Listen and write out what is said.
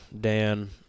Dan